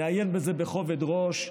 נעיין בזה בכובד ראש.